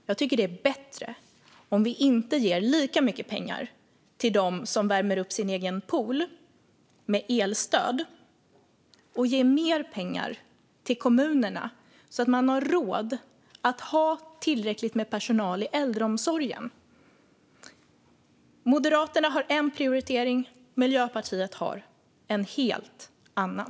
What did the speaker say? Jag tycker att det är bättre om vi inte ger lika mycket pengar till dem som värmer upp sin egen pool med elstöd utan i stället ger mer pengar till kommunerna så att man har råd att ha tillräckligt med personal i äldreomsorgen. Moderaterna har en prioritering, Miljöpartiet en helt annan.